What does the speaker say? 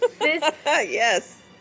yes